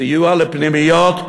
סיוע לפנימיות,